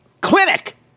Clinic